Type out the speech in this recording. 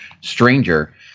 stranger